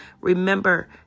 Remember